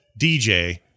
DJ